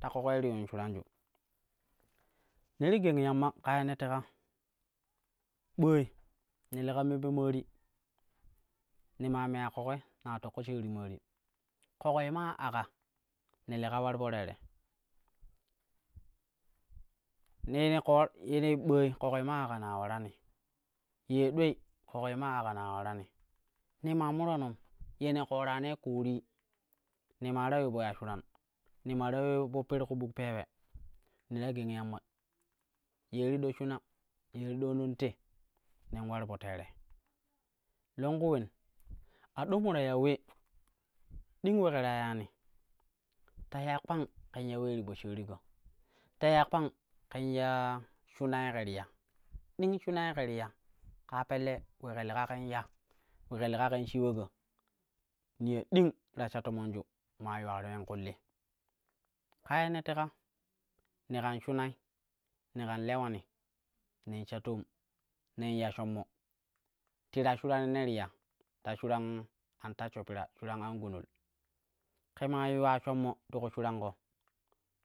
Ta ƙoƙo ye ti yun shuranju ne to geng yamma kaa ye ne teka ɓooi ne leka me po maari, ne maa uleya ƙoƙoi ne ta toƙƙo shaari maari, ƙoƙoi maa aka ne leka ular po tere “ye – ne ɓei” ƙoƙoi maa aka naa ularani yei dulei ƙoƙoi maa aka na ularani, ne maa muroronom, ye ne ƙoranei ƙoori ne maa ta ule po ya shuran ne maa ta ule po per ku buk pewe ne ti dono te nen ular po tere longku ulem, ado mo ta ya ule, ding ule ke ta yani ta ya kpang ken ya ulee ti poshaariko ta ya kpang ken ya shuna ye ke ti ya, ding shuna ye ke ti ya kaa pelle ule ke leka ken ya, ule ke leka ken shiulaƙo, niyo ding ta sha tomanju maa yuularo yen kulli. Ka ye ne teka, ne kan shunai, ne kan lewani nen sha toom, nen ya shinmo ti ta shuran ye ne ti ya, ta shuran an ta shsho pira, shuran an gunul. Ke maa yuwa shommo ti ku shuranƙo,